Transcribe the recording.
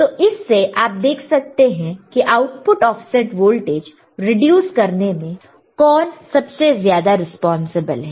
तो इससे आप देख सकते हैं कि आउटपुट ऑफसेट वोल्टेज रिड्यूस करने में कौन सबसे ज्यादा रिस्पांसिबल है